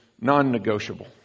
non-negotiable